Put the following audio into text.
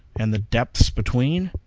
and the depths between?